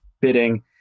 bidding